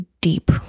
deep